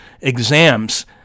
exams